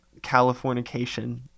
Californication